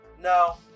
No